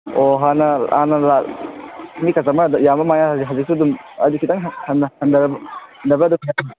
ꯑꯣ ꯍꯥꯟꯅ ꯃꯤ ꯀꯁꯇꯃꯔ ꯌꯥꯝꯕꯩ ꯃꯌꯥꯁꯦ ꯍꯧꯖꯤꯛꯁꯨ ꯑꯗꯨꯝ ꯍꯥꯏꯗꯤ ꯈꯤꯇꯪ